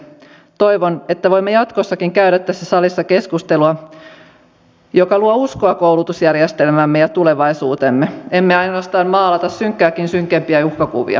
toivon että voimme jatkossakin käydä tässä salissa keskustelua joka luo uskoa koulutusjärjestelmäämme ja tulevaisuuteemme emme ainoastaan maalaa synkkääkin synkempiä uhkakuvia